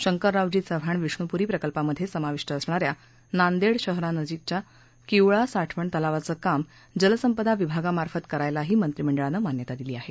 शंकररावजी चव्हाण विष्णुप्री प्रकल्पामध्ये समाविष्ट असणाऱ्या नांदेड शहरानजीकच्या किवळा साठवण तलावाचं काम जलसंपदा विभागामार्फत करायलाही मंत्रिमंडळानं मान्यता दिली आहे